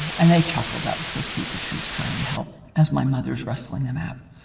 and they chuckled. that was so cute that she was trying to help as my mother's wrestling the map.